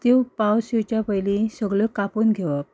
त्यो पावस येवच्या पयलीं सगळ्यो कापून घेवप